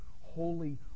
Holy